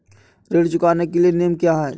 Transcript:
ऋण चुकाने के नियम क्या हैं?